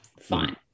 Fine